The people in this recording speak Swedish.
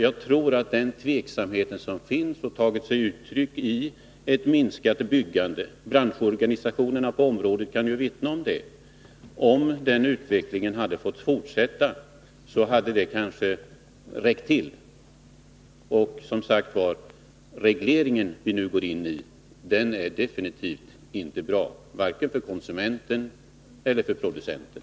Jag tror att det är en tveksamhet som finns och som har tagit sig uttryck i ett minskat byggande. Branschorganisationerna på området kan vittna om det. Om utvecklingen hade fått fortsätta, hade det kanske räckt till. Den reglering som vi nu går in med är, som sagt var, definitivt inte bra, varken för konsumenten eller för producenten.